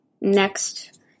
next